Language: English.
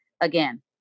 again